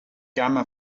gamma